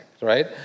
right